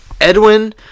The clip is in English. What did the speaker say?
Edwin